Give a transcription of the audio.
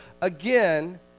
again